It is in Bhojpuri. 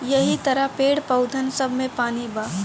यहि तरह पेड़, पउधन सब मे पानी बा